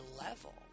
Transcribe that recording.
level